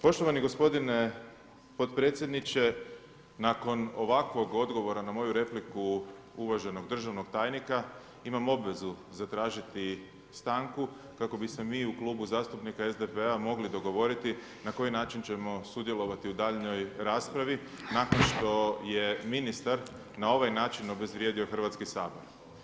Poštovani gospodine potpredsjedniče, nakon ovakvog odgovora na moju repliku uvaženog državnog tajnika imam obvezu zatražiti stanku kako bi se mi u Klubu zastupnika SDP-a mogli dogovoriti na koji način ćemo sudjelovati u daljnjoj raspravi, nakon što je ministar na ovaj način obezvrijedio Hrvatski sabor.